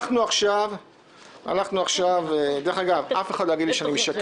דרך אגב, אף אחד לא יגיד לי שאני משקר.